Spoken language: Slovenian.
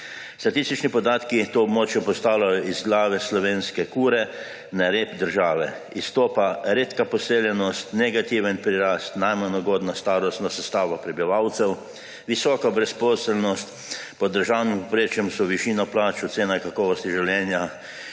Statistični podatki to območje postavljajo iz glave slovenske kure na rep države. Izstopa redka poseljenost, negativen prirast, najmanj ugodna starostna sestava prebivalcev, visoka brezposelnost. Pod državnim povprečjem so višina plač, ocena kakovosti življenja,